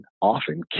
often